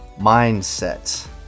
mindset